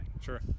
Sure